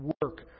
work